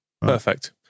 perfect